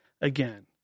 again